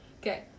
Okay